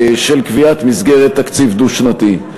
של קביעת מסגרת תקציב דו-שנתי.